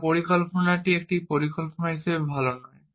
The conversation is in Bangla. আমার পরিকল্পনাটি একটি পরিকল্পনা হিসাবে ভাল নয়